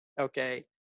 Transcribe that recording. okay